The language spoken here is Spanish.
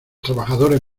trabajadores